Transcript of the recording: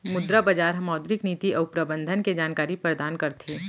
मुद्रा बजार ह मौद्रिक नीति अउ प्रबंधन के जानकारी परदान करथे